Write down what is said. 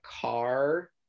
car